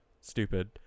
stupid